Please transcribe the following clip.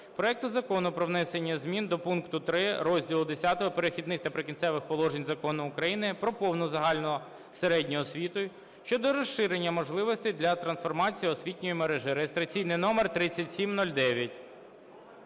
проекту Закону про внесення змін до пункту 3 розділу Х "Перехідні та прикінцеві положення" Закону України "Про повну загальну середню освіту" щодо розширення можливостей для трансформації освітньої мережі (реєстраційний номер 3709).